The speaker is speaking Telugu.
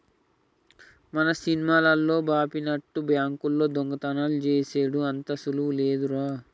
మన సినిమాలల్లో జూపినట్టు బాంకుల్లో దొంగతనాలు జేసెడు అంత సులువు లేదురో